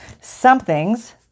somethings